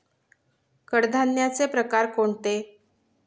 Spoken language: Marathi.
कडधान्याचे प्रकार कोणते?